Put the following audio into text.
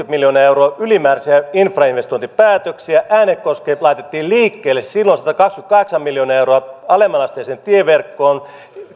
miljoonaa euroa ylimääräisiä infrainvestointipäätöksiä äänekoski laitettiin liikkeelle silloin laitettiin satakaksikymmentäkahdeksan miljoonaa euroa alemman asteiseen tieverkkoon